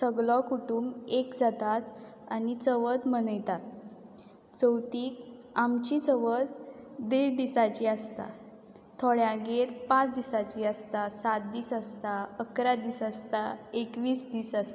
सगलो कुटूंब एक जातात आनी चवत मनयतात चवतीक आमची चवथ देड दिसाची आसता थोड्यांगेर पांच दिसाची आसता सात दीस आसता अकरा दीस आसता एकवीस दीस आसता